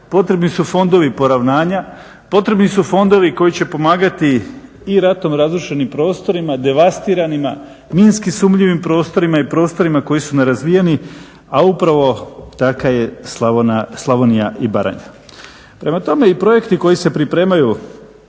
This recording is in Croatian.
potrebni su fondovi poravnanja, potrebni su fondovi koji će pomagati i ratom razrušenim prostorima, devastiranima, minski sumnjivim prostorima i prostorima koji su nerazvijeni, a upravo takva je Slavonija i Baranja. Prema tome i projekti koji se pripremaju